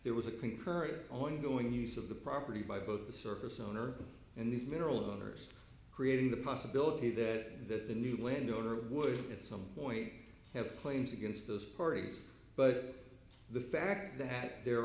there was a concurrent ongoing use of the property by both the surface owner and these mineral owners creating the possibility that the new landowner would at some point have claims against those parties but the fact that there